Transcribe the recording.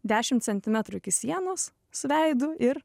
dešimt centimetrų iki sienos su veidu ir